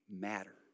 matter